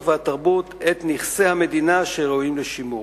והתרבות את רשימת נכסי המדינה הראויים לשימור.